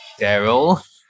Daryl